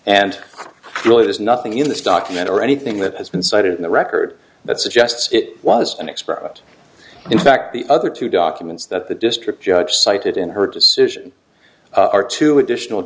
and really there's nothing in this document or anything that has been cited in the record that suggests it was an experiment in fact the other two documents that the district judge cited in her decision are two additional